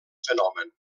fenomen